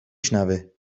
شنوه